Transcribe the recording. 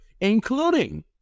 including